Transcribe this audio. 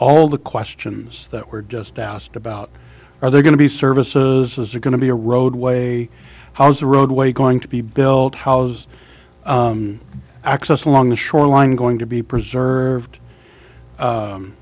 all the questions that were just asked about are there going to be services are going to be a roadway how's the roadway going to be built how's access along the shoreline going to be preserved